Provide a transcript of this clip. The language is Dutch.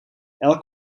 elk